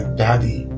daddy